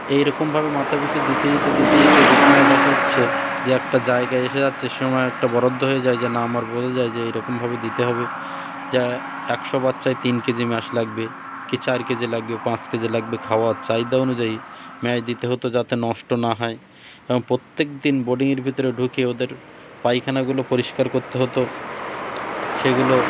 এইরকমভাবে মাথাপিছু দিতে দিতে দিতে দিতে যে সময় দেখা যাচ্ছে যে একটা জায়গায় এসে যাচ্ছে সে সময় একটা বরাদ্দ হয়ে যায় যে না আমার বোঝা যায় যে এইরকমভাবে দিতে হবে যে একশো বাচ্চায় তিন কেজি ম্যাশ লাগবে কি চার কেজি লাগবে পাঁচ কেজি লাগবে খাওয়া চাহিদা অনুযায়ী ম্যাশ দিতে হতো যাতে নষ্ট না হয় এবং প্রত্যেক দিন বোর্ডিংয়ের ভিতরে ঢুকে ওদের পায়খানাগুলো পরিষ্কার করতে হতো সেগুলো